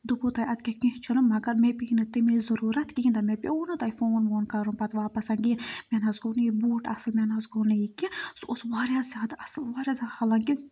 دوٚپوٗ تۄہہِ اَدٕ کیٛاہ کینٛہہ چھُنہٕ مگر مےٚ پیٚیہِ نہٕ تٔمِچھ ضروٗرَتھ کِہیٖنۍ نہٕ مےٚ پیوٚو نہٕ تۄہہِ فون فون کَرُن پَتہٕ واپَس کینٛہہ مےٚ نہ حظ گوٚو نہٕ یہِ بوٗٹ اَصٕل مےٚ نہ حظ گوٚو نہٕ یہِ کینٛہہ سُہ اوس واریاہ زیادٕ اَصٕل واریاہ زیادٕ حالانکہِ